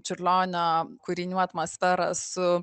čiurlionio kūrinių atmosferą su